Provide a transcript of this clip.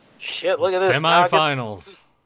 semi-finals